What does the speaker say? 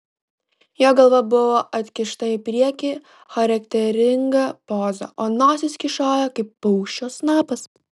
jo galva buvo atkišta į priekį charakteringa poza o nosis kyšojo kaip paukščio snapas